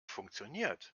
funktioniert